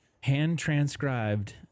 hand-transcribed